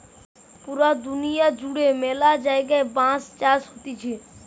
পুরা দুনিয়া জুড়ে ম্যালা জায়গায় বাঁশ চাষ হতিছে